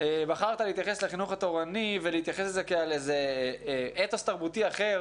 בחרת להתייחס לחינוך התורני ולהתייחס לזה כאל אתוס תרבותי אחר